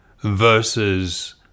versus